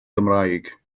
gymraeg